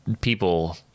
People